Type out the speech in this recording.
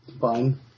fine